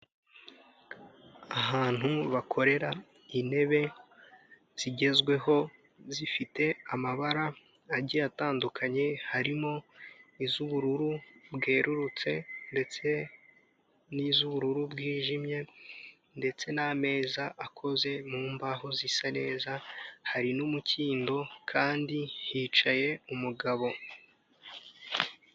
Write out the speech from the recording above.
Ahantu bakorera intebe zigezweho zifite amabara agiye atandukanye, harimo iz'ubururu bwerurutse, ndetse n'iz'ubururu bwijimye, ndetse n'ameza akoze mu mbaho zisa neza, hari n'umukindo kandi hicaye umugabo.